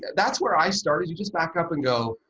that's where i started. you just back up and go,